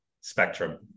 spectrum